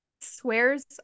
swears